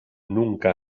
nunca